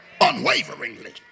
unwaveringly